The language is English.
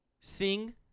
Sing